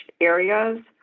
areas